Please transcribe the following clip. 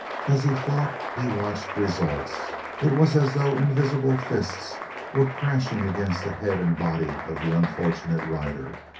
as he fought he watched results. it was as though invisible fists were crashing against the head and body of the unfortunate rider.